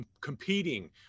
competing